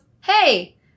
Hey